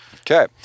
Okay